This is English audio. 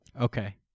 okay